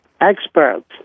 experts